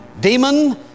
demon